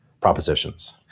propositions